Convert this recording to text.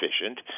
efficient